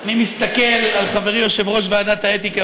אני לוקח על זה אחריות.